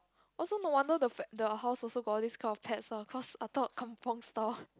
also no wonder the pe~ the house also got all this kind of pets ah cause I thought kampung style